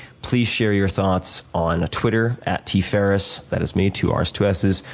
please share your thoughts on twitter at tferriss, that is me, two r's, two s's,